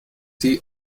die